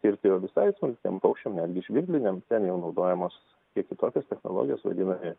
tirti jau visai smulkiem paukščiam netgi žvirbliniams ten jau naudojamos kiek kitokios technologijos vadinami